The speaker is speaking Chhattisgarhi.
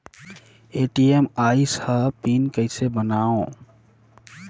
ए.टी.एम आइस ह पिन कइसे बनाओ?